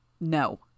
No